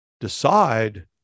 decide